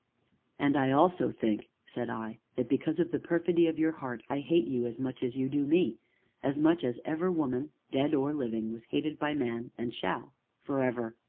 and i also think, said i, that, because of the perfidy of your heart, i hate you as much as you do me as much as ever woman, dead or living, was hated by man and shall forever!